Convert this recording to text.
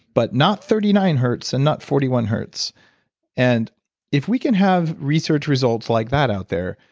but not thirty nine hertz and not forty one hertz and if we can have research results like that out there,